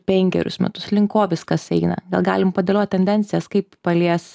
penkerius metus link ko viskas eina gal galim padėliot tendencijas kaip palies